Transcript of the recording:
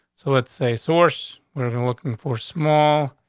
so it's a source we're looking for small.